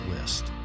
list